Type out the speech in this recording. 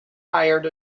hired